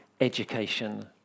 Education